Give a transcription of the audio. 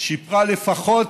שיפרה לפחות